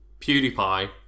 PewDiePie